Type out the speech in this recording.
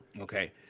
Okay